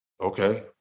Okay